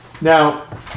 Now